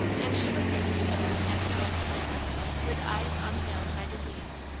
and she looked at herself and her life again with eyes unveiled by disease,